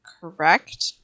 correct